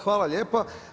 Hvala lijepa.